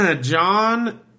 John